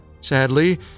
sadly